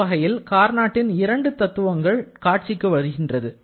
இந்த வகையில் கார்னாட்டின் இரண்டு தத்துவங்கள் காட்சிக்குள் வருகிறது